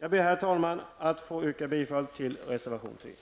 Herr talman! Jag ber att få yrka bifall till reservation nr 3.